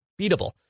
beatable